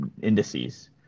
indices